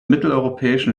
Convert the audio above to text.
mitteleuropäischen